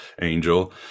angel